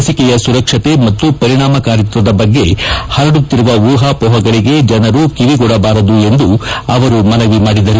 ಲಸಿಕೆಯ ಸುರಕ್ಷತೆ ಮತ್ತು ಪರಿಣಾಮಕಾರಿತ್ವದ ಬಗ್ಗೆ ಹರಡುತ್ತಿರುವ ಊಹಾಪೋಹಗಳಿಗೆ ಜನರು ಕಿವಿಗೊಡಬಾರದು ಎಂದು ಅವರು ಮನವಿ ಮಾಡಿದರು